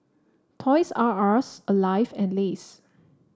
Toys R Us Alive and Lays